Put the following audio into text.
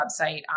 website